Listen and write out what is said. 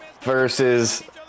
versus